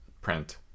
print